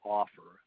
offer